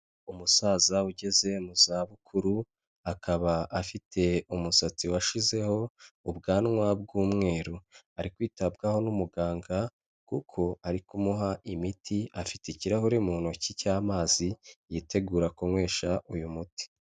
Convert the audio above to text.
Umusaza ugeze mu zabukuru akaba afite umusatsi washizeho, ubwanwa bw'umweru, ari kwitabwaho n'umuganga kuko ari kumuha imiti afite ikirahuri mu ntoki cy'amazi yitegura kunywesha uyu muti.